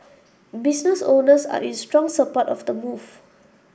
business owners are in strong support of the move